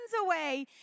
away